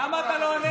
למה אתה לא עונה?